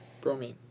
Bromine